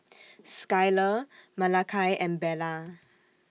Skyler Malakai and Bella